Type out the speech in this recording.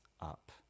up